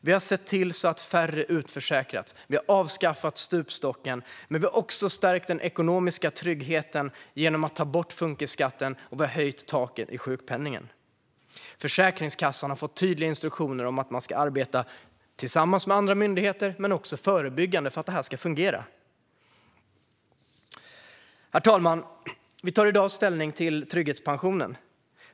Vi har sett till att färre har utförsäkrats, och vi har avskaffat stupstocken. Vi har också stärkt den ekonomiska tryggheten genom att ta bort funkisskatten och höja taket i sjukpenningen. Försäkringskassan har fått tydliga instruktioner om att arbeta både tillsammans med andra myndigheter och förebyggande för att detta ska fungera. Herr talman! Vi tar i och med detta ärende ställning till trygghetspensionen.